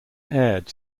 aired